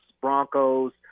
Broncos